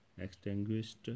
extinguished